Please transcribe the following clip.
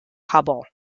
hubble